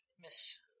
Miss